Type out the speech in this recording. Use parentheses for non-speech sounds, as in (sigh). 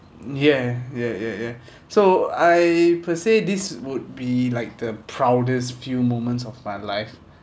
ya ya ya ya (breath) so I per se this would be like the proudest few moments of my life